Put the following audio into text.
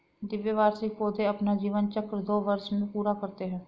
द्विवार्षिक पौधे अपना जीवन चक्र दो वर्ष में पूरा करते है